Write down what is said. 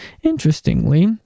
interestingly